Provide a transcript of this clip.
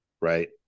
right